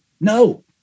No